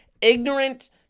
ignorant